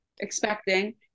expecting